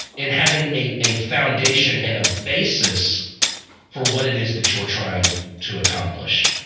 in having a a foundation and a basis for what it is that you're trying to accomplish